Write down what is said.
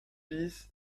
bis